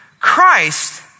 Christ